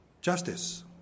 Justice